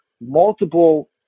multiple